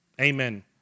amen